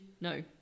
No